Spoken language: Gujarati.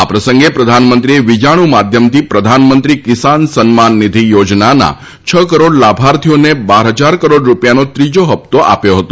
આ પ્રસંગે પ્રધાનમંત્રીએ વિજાણુ માધ્યમથી પ્રધાનમંત્રી કિસાન સન્માન નિધિ યોજાનાના છ કરોડ લાભાર્થીઓને બાર ફજાર કરોડ રૂપિયાનો ત્રીજો ફપ્તો આપ્યો હતો